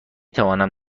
توانم